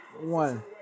one